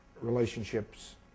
relationships